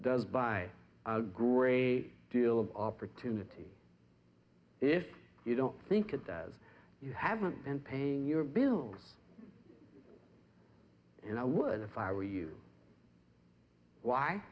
does buy a great deal of opportunity if you don't think it does you haven't been paying your bills and i would if i were you why